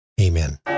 Amen